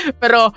pero